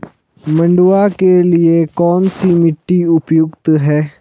मंडुवा के लिए कौन सी मिट्टी उपयुक्त है?